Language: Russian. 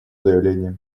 заявление